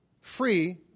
free